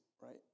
right